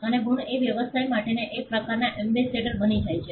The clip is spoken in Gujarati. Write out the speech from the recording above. અને ગુણ એ વ્યવસાય માટેના એક પ્રકારનાં એમ્બેસેડર બની જાય છે